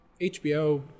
hbo